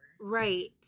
Right